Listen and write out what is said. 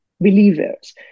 believers